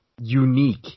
unique